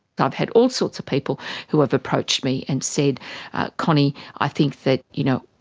i've had all sorts of people who have approached me and said connie i think that, you know,